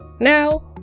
Now